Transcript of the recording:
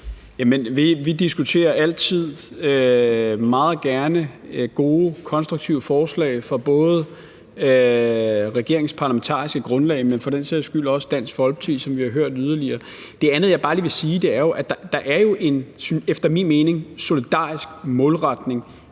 Vi diskuterer altid meget gerne gode, konstruktive forslag fra både regeringens parlamentariske grundlag, men for den sags skyld også fra Dansk Folkeparti, som vi yderligere har hørt. Noget andet, jeg bare lige vil sige, er, at der jo efter min mening er en solidarisk målretning